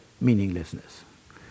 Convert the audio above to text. meaninglessness